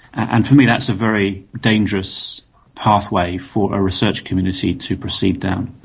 and for me that's a very dangerous pathway for a research community to proceed down.